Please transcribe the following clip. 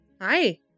hi